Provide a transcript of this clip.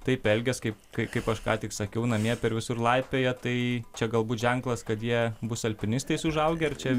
taip elgias kaip kai kaip aš ką tik sakiau namie per visur laipioja tai čia galbūt ženklas kad jie bus alpinistais užaugę ar čia